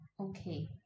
okay